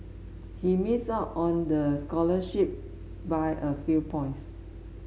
he missed out on the scholarship by a few points